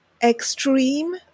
extreme